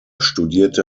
studierte